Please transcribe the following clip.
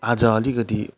आज अलिकति